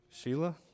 Sheila